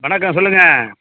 வணக்கம் சொல்லுங்கள்